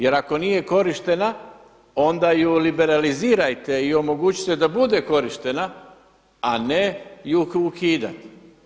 Jer ako nije korištena onda ju liberalizirajte i omogućite da bude korištena a ne ju ukidati.